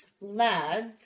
lads